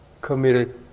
committed